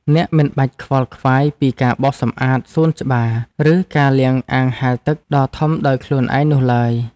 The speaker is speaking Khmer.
អ្នកមិនបាច់ខ្វល់ខ្វាយពីការបោសសម្អាតសួនច្បារ ឬការលាងអាងហែលទឹកដ៏ធំដោយខ្លួនឯងនោះឡើយ។